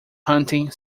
hunting